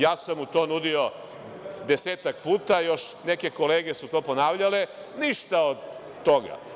Ja sam mu to nudio desetak puta, još neke kolege su to ponavljale, ništa od toga.